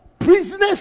prisoners